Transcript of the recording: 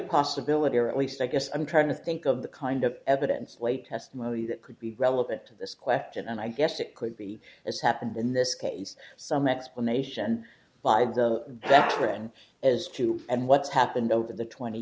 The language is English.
possibility or at least i guess i'm trying to think of the kind of evidence way testimony that could be relevant to this question and i guess it could be as happened in this case some explanation by that written as to and what's happened over the twenty